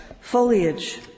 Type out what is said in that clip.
foliage